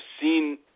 seen